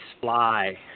fly